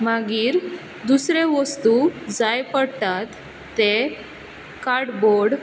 मागीर दुसरे वस्तू जाय पडटात ते कार्डबोर्ड